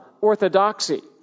orthodoxy